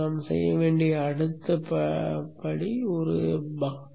நாம் செய்ய வேண்டிய அடுத்த படி ஒரு பக்